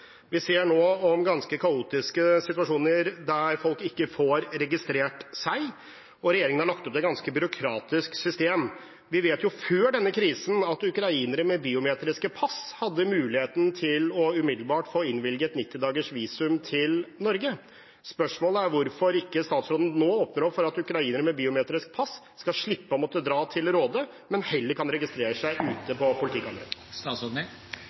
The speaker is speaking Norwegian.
Vi ser nå ganske kaotiske situasjoner der folk ikke får registrert seg. Regjeringen har lagt opp til et ganske byråkratisk system. Vi vet at før denne krisen hadde ukrainere med biometrisk pass mulighet til umiddelbart å få innvilget 90 dagers visum til Norge. Spørsmålet er hvorfor ikke statsråden nå åpner opp for at ukrainere med biometrisk pass kan slippe å måtte dra til Råde, men heller kan få registrere seg